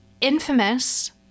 infamous